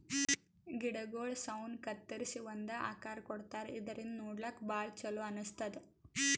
ಗಿಡಗೊಳ್ ಸೌನ್ ಕತ್ತರಿಸಿ ಒಂದ್ ಆಕಾರ್ ಕೊಡ್ತಾರಾ ಇದರಿಂದ ನೋಡ್ಲಾಕ್ಕ್ ಭಾಳ್ ಛಲೋ ಅನಸ್ತದ್